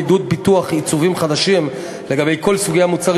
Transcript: היא עידוד פיתוח עיצובים חדשים לגבי כל סוגי המוצרים,